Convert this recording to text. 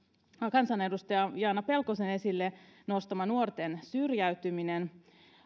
kansanedustaja jaana pelkosen esille nostama nuorten syrjäytyminen